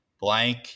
Blank